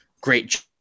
great